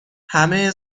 همه